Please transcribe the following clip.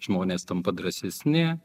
žmonės tampa drąsesni